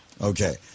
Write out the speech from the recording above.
Okay